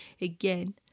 Again